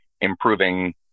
improving